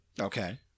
Okay